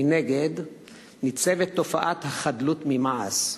מנגד ניצבת תופעת החדלות ממעש.